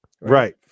Right